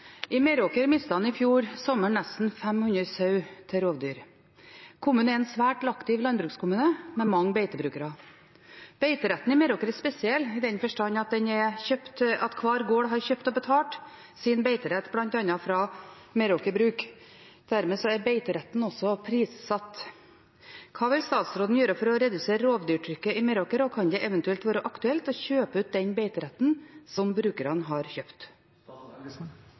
rovdyr. Kommunen er en svært aktiv landbrukskommune med mange beitebrukere. Beiteretten i Meråker er spesiell i den forstand at hver gård har kjøpt og betalt sin beiterett fra bl.a. Meraker Brug. Dermed er beiteretten prissatt. Hva vil statsråden gjøre for å redusere rovdyrtrykket i Meråker, og kan det eventuelt være aktuelt å kjøpe ut den beiteretten som brukerne har kjøpt?»